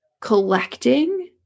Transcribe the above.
collecting